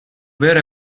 vero